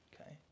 Okay